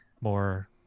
more